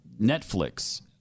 Netflix